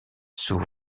sous